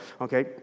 okay